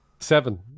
Seven